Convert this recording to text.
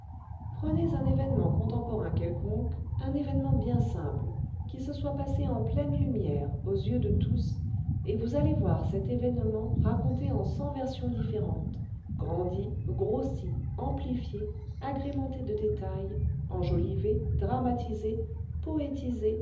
prenez un événement contemporain quelconque un événement bien simple qui se soit passé en pleine lumière aux yeux de tous et vous allez voir cet événement raconté en cent versions différentes grandi grossi amjilifié agrémenté de détails enjolivé dramatisé poétisé